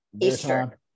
eastern